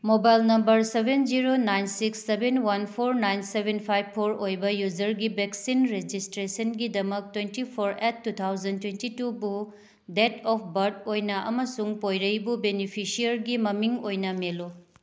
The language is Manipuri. mobile number seven zero nine six seven one four nine seven five four ꯑꯣꯏꯕ ꯌꯨꯖꯔꯒꯤ ꯕꯦꯛꯁꯤꯟ ꯔꯦꯖꯤꯁꯇ꯭ꯔꯦꯁꯟꯒꯤꯗꯃꯛ twenty four eight two thousand twenty ꯇꯨꯕꯨ ꯗꯦꯠ ꯑꯣꯐ ꯕ꯭ꯔꯠ ꯑꯣꯏꯅ ꯑꯃꯁꯨꯡ ꯄꯣꯏꯔꯩꯕꯨ ꯕꯦꯅꯤꯐꯤꯁꯔꯒꯤ ꯃꯃꯤꯡ ꯑꯣꯏꯅ ꯃꯦꯜꯂꯨ